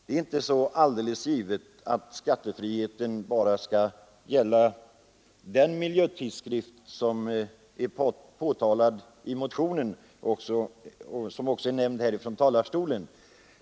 Det är inte så alldeles givet att skattefriheten bara skall gälla en miljötidskrift som man talar om i motionen och som också har nämnts från denna talarstol.